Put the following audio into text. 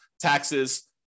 taxes